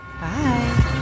Bye